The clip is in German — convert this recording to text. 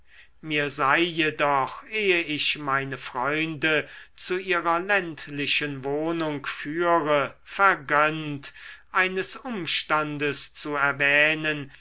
mir sei jedoch ehe ich meine freunde zu ihrer ländlichen wohnung führe vergönnt eines umstandes zu erwähnen